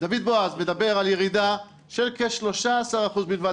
דוד בועז מדבר על ירידה של כ-13% בלבד